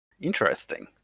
Interesting